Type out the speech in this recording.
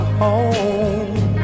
home